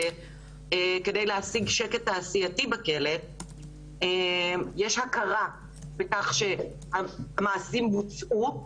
על מנת להשיג שקט תעשייתי בכלא יש הכרה בכך שהמעשים בוצעו.